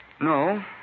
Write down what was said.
No